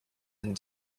and